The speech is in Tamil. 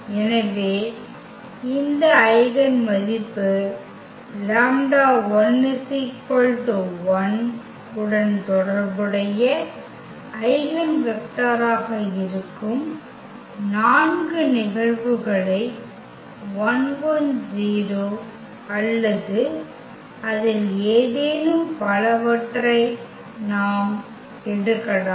எனவே இந்த ஐகென் மதிப்பு λ1 1 உடன் தொடர்புடைய ஐகென் வெக்டராக இருக்கும் நான்கு நிகழ்வுகளை அல்லது அதில் ஏதேனும் பலவற்றை நாம் எடுக்கலாம்